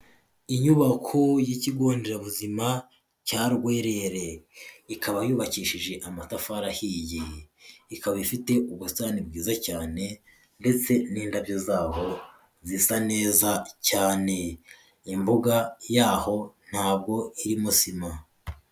Inyubako y'ikigo nderabuzima cya Rwerere. Ikaba yubakishije amatafari ahiye, ikaba ifite ubusitani bwiza cyane, ndetse n'indabyo zaho, zisa neza cyane. Imbuga yaho, ntabwo irimo sima.